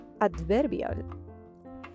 adverbial